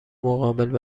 مقابل